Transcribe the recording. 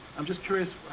i'm just curious